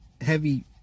heavy